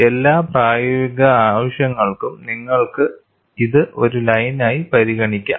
എല്ലാ പ്രായോഗിക ആവശ്യങ്ങൾക്കും നിങ്ങൾക്ക് ഇത് ഒരു ലൈനായി പരിഗണിക്കാം